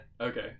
Okay